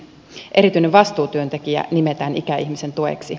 erityinen vastuutyöntekijä nimetään ikäihmisen tueksi